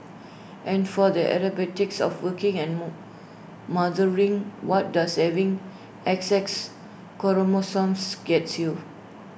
and for the acrobatics of working and mood mothering what does having X X chromosomes gets you